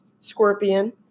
scorpion